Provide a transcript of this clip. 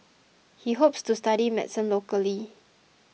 he hopes to study medicine locally